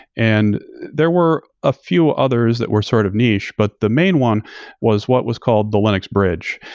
and there were a few others that were sort of niche, but the main one was what was called the linux bridge.